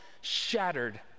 shattered